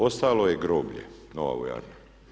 Ostalo je groblje, nova vojarna.